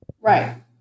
Right